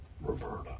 Roberta